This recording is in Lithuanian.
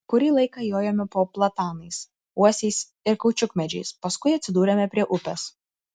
kurį laiką jojome po platanais uosiais ir kaučiukmedžiais paskui atsidūrėme prie upės